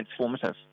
transformative